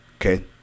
Okay